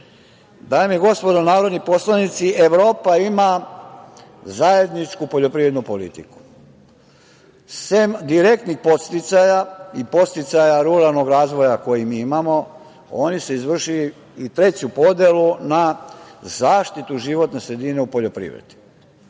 i gospodo narodni poslanici, Evropa ima zajedničku poljoprivrednu politiku, osim direktnih podsticaja, i podsticaja ruralnog razvoja koji mi imamo oni su izvršili i treću podelu na zaštitu životne sredine u poljoprivredi.